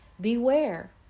beware